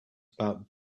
about